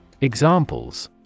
Examples